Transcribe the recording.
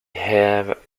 have